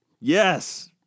Yes